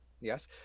Yes